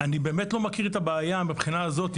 אני באמת לא מכיר את הבעיה מהבחינה הזאת.